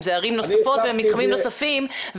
אם זה ערים נוספות ומתחמים נוספים.